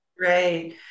Right